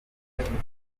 victoire